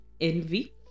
envy